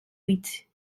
huit